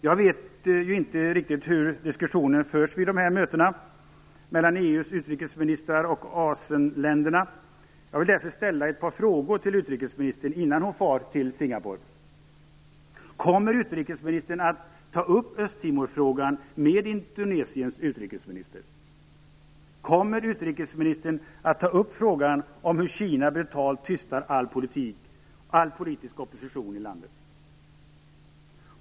Jag vet ju inte hur diskussionen förs vid dessa möten mellan EU:s utrikesministrar och ASEM ländernas. Jag vill därför ställa ett par frågor till utrikesministern innan hon far till Singapore. Kommer utrikesministern att ta upp Östtimorfrågan med Indonesiens utrikesminister? Kommer utrikesministern att ta upp frågan om hur Kina brutalt tystar all politisk opposition i landet?